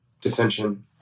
dissension